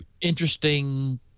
interesting